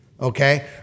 Okay